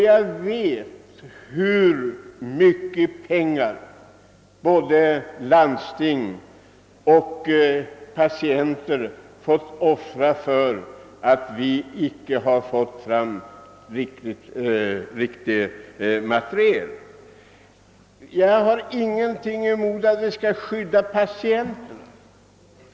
Jag vet hur mycket pengar både landsting och patienter fått offra för att vi icke fått fram ett riktigt material. Jag har naturligtvis ingenting emot att vi skyddar patienterna.